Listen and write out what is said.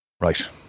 Right